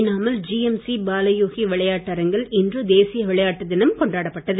ஏனாமில் ஜிஎம்சி பாலயோகி விளையாட்டரங்கத்தில் இன்று தேசிய விளையாட்டு தினம் கொண்டாடப்பட்டது